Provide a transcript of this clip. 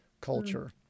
culture